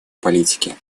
политики